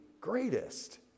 greatest